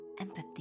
empathy